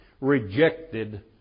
rejected